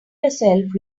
yourself